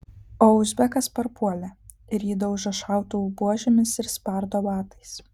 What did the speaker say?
o uzbekas parpuolė ir jį daužo šautuvų buožėmis ir spardo batais